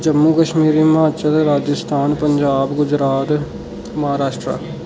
Jammu Kashmir Himachal Rajasthan Punjab Gujarat Maharashtra